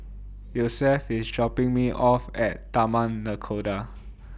Yosef IS dropping Me off At Taman Nakhoda